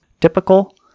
Typical